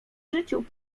życiu